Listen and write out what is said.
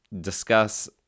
discuss